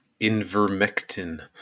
Invermectin